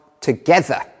together